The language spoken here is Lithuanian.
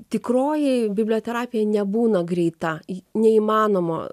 tikroji biblioterapija nebūna greita neįmanomo